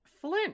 Flint